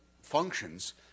functions